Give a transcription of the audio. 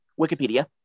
Wikipedia